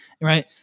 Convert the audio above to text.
right